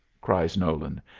cries nolan,